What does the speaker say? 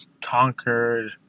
conquered